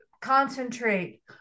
concentrate